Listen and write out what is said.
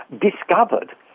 discovered